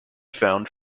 found